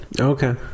Okay